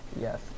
Yes